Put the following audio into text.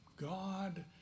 God